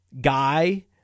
guy –